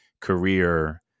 career